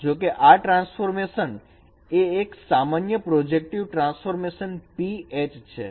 જોકે આ ટ્રાન્સફોર્મેશન એ એક સામાન્ય પ્રોજેક્ટિવ ટ્રાન્સફોર્મેશન p H છે